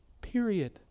period